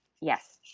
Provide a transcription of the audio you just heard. Yes